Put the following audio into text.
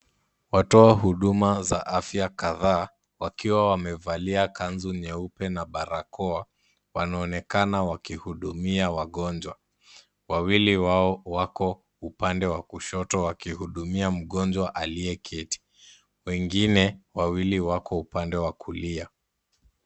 Watoa huduma za afya kadhaa wakiwa wamevalia kanzu nyeupe na barakoa, wanaonekana wakihudumia wagonjwa. Wawili wao wako upande wa kushoto wakihudumia mgonjwa aliyeketi. Wengine wawili wako upande wa kulia.